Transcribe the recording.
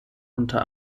unter